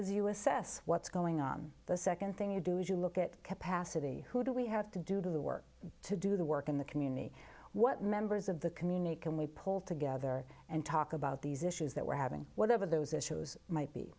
is you assess what's going on the nd thing you do is you look at capacity who do we have to do the work to do the work in the community what members of the community can we pull together and talk about these issues that we're having whatever those issues might be